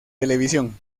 televisión